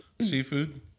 Seafood